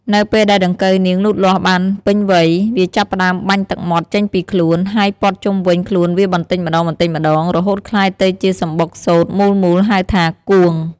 នៅពេលដែលដង្កូវនាងលូតលាស់បានពេញវ័យ វាចាប់ផ្ដើមបាញ់ទឹកមាត់ចេញពីខ្លួន ហើយព័ន្ធជុំវិញខ្លួនវាបន្តិចម្ដងៗ រហូតក្លាយទៅជាសំបុកសូត្រមូលៗហៅថា "គួង"។